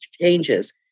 changes